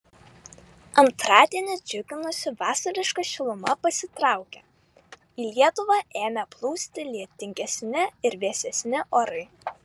antradienį džiuginusi vasariška šiluma pasitraukė į lietuvą ėmė plūsti lietingesni ir vėsesni orai